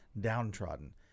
downtrodden